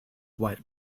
white